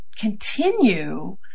continue